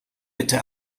bitte